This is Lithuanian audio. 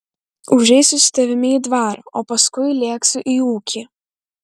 užeisiu su tavimi į dvarą o paskui lėksiu į ūkį